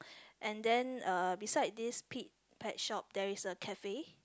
and then uh beside this Pete Pet Shop there is a cafe